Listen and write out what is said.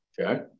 Okay